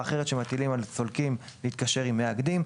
אחרת שאנחנו מטילים על סולקים היא להתקשר עם מאגדים.